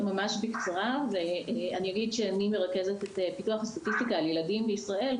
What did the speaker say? אני אגיד שאני מרכזת את פיתוח הסטטיסטיקה על ילדים בישראל,